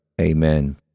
Amen